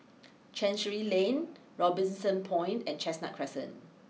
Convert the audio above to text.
Chancery Lane Robinson Point and Chestnut Crescent